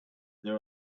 that